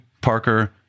Parker